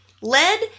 lead